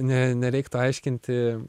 ne nereiktų aiškinti